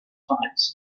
vereins